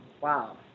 Wow